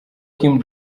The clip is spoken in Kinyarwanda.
kim